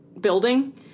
building